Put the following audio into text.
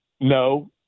No